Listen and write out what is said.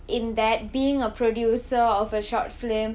in that being a producer of a short film